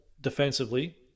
defensively